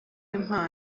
impano